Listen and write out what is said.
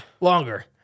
Longer